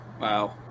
Wow